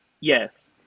Yes